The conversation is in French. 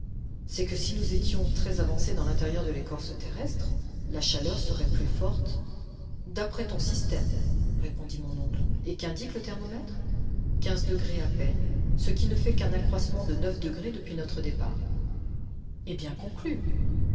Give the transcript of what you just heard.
c'est que si nous étions très avancés dans l'intérieur de l'écorce terrestre la chaleur serait plus forte d'après ton système répondit mon oncle et qu'indique le thermomètre quinze degrés à peine ce qui ne fait qu'un accroissement de neuf degrés depuis notre départ eh bien conclus